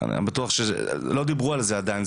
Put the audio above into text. אני בטוח שלא דיברו על זה עדיין.